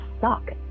suck